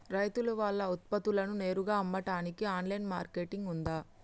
రైతులు వాళ్ల ఉత్పత్తులను నేరుగా అమ్మడానికి ఆన్లైన్ మార్కెట్ ఉందా?